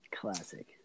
Classic